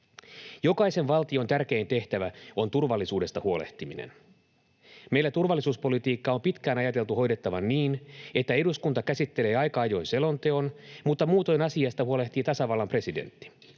Jokaisen valtion tärkein tehtävä on turvallisuudesta huolehtiminen. Meillä turvallisuuspolitiikka on pitkään ajateltu hoidettavan niin, että eduskunta käsittelee aika ajoin selonteon mutta muutoin asiasta huolehtii tasavallan presidentti.